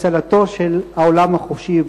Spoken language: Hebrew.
היהודי אלא גם למען מה שהם עשו להצלתו של העולם החופשי,